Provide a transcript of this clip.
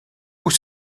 bout